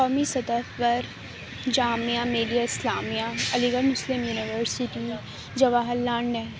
قومی سطح پر جامعہ ملیہ اسلامیہ علی گڑھ مسلم یونیورسٹی جواہر لعل نہہ